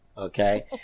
Okay